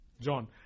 John